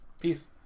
Peace